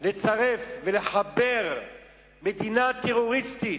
לצרף ולחבר מדינה טרוריסטית,